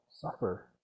suffer